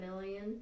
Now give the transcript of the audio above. million